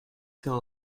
hill